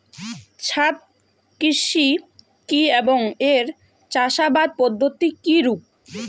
ছাদ কৃষি কী এবং এর চাষাবাদ পদ্ধতি কিরূপ?